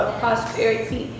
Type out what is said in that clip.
prosperity